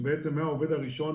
שמהעובד הראשון,